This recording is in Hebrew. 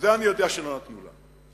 זה אני יודע, שלא נתנו לה.